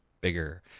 bigger